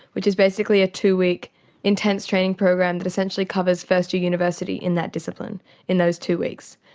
which is basically a two-week intense training program that essentially covers first-year university in that discipline in those two weeks.